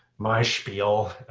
my spiel,